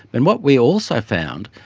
and what we also found,